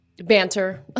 banter